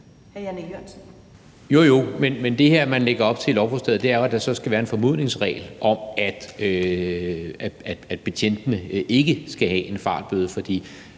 Jan E. Jørgensen (V): Jo, jo, men det, man lægger op til i lovforslaget, er jo, at der så skal være en formodningsregel om, at betjentene ikke skal have en fartbøde. For